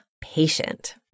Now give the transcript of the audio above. patient